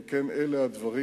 אם כן, אלה הדברים